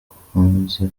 bakunze